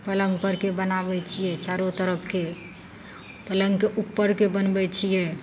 पलङ्ग परके बनाबय छियै चारू तरफके पलङ्गके उपरके बनबय छियै